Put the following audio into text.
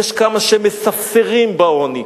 יש כמה שמספסרים בעוני.